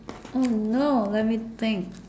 oh no let me think